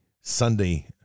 Sunday